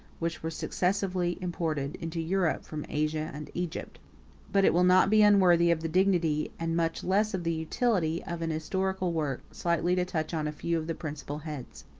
which were successively imported into europe from asia and egypt but it will not be unworthy of the dignity, and much less of the utility, of an historical work, slightly to touch on a few of the principal heads.